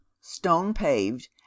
stone-paved